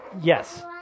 Yes